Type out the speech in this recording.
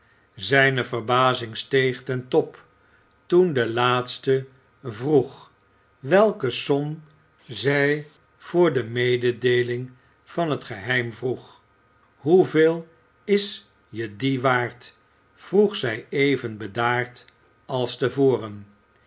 zijne verbazing steeg ten top toen de laatste vroeg welke som zij voor de mededeeling van het geheim vroeg hoeveel is je die waard vroeg zij even bedaard als